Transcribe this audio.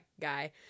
guy